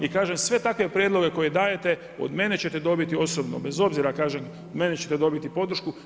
I kažem sve takve prijedloge koje dajete od mene ćete dobiti osobno bez obzira kažem od mene ćete dobiti podršku.